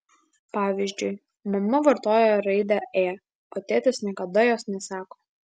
pavyzdžiui mama vartoja raidę ė o tėtis niekada jos nesako